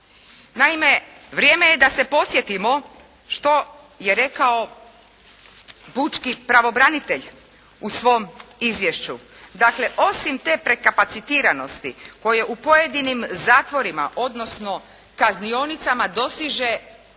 Naime, vrijeme je da se podsjetimo što je rekao pučki pravobranitelj u svom izvješću. Dakle, osim te prekapacitiranosti koje u pojedinim zatvorima odnosno kaznionicama dosiže postotak